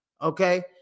Okay